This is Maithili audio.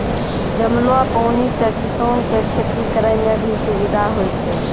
जमलो पानी से किसान के खेती करै मे भी सुबिधा होय छै